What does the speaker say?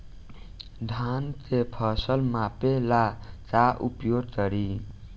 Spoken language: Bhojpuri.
धान के फ़सल मापे ला का उपयोग करी?